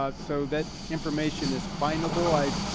um so that information is findable. i,